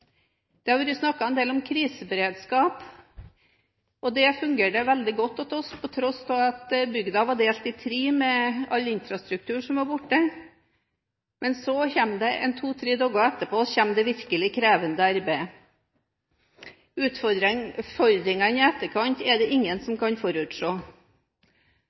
Det har vært snakket en del om kriseberedskap, og det fungerte veldig godt hos oss på tross av at bygden var delt i tre med all infrastruktur som var borte. Men to, tre dager etterpå kommer det virkelig krevende arbeidet. Utfordringene i etterkant er det ingen